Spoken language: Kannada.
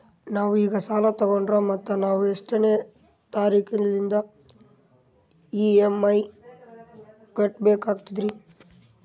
ನಾವು ಈಗ ಸಾಲ ತೊಗೊಂಡ್ರ ಮತ್ತ ನಾವು ಎಷ್ಟನೆ ತಾರೀಖಿಲಿಂದ ಇ.ಎಂ.ಐ ಕಟ್ಬಕಾಗ್ತದ್ರೀ?